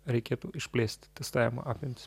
reikėtų išplėsti testavimo apimtis